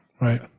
Right